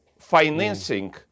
financing